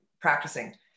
practicing